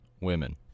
Women